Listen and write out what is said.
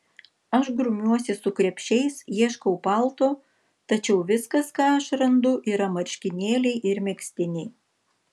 aš grumiuosi su krepšiais ieškau palto tačiau viskas ką aš randu yra marškinėliai ir megztiniai